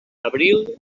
abril